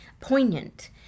poignant